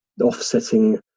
offsetting